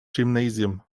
gymnasium